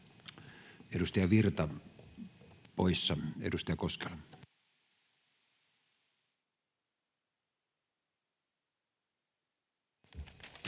Edustaja Virta poissa. — Edustaja Koskela.